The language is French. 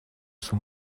son